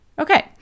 Okay